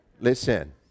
Listen